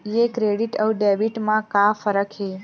ये क्रेडिट आऊ डेबिट मा का फरक है?